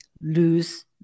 lose